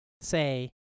say